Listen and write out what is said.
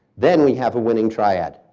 then we have a winning triad.